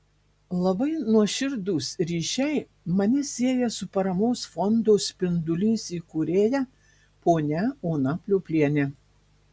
labai nuoširdūs ryšiai mane sieja su paramos fondo spindulys įkūrėja ponia ona pliopliene